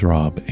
Rob